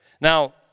Now